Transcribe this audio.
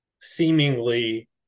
seemingly –